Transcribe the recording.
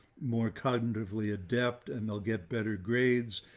more cognitively adept. and they'll get better grades.